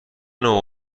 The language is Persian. نوع